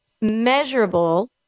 measurable